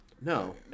no